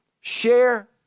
share